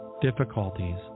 difficulties